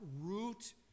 root